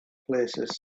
places